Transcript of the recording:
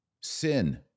sin